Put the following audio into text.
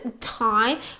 time